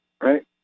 right